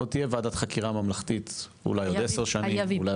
עוד תהיה וועדת חקירה ממלכתית אולי עוד 10 שנים.